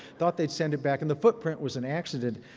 thought they'd send it back, and the footprint was an accident.